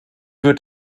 wird